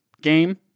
game